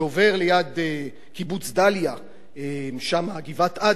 שעובר ליד קיבוץ דליה שם, גבעת-עדה,